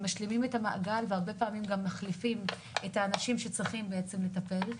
הם משלימים את המעגל והרבה פעמים גם מחליפים את האנשים שצריכים לטפל.